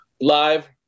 live